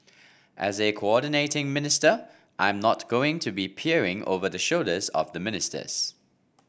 as a coordinating minister I'm not going to be peering over the shoulders of the ministers